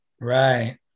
Right